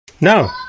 No